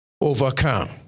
overcome